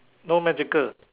no magical